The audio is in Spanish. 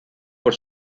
por